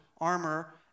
armor